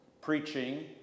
preaching